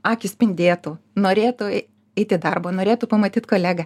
akys spindėtų norėtų ei eit į darbą norėtų pamatyt kolegą